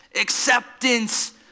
acceptance